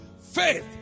Faith